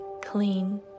clean